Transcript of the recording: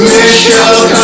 Michelle